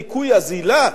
ניכוי אזילה,